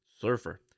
Surfer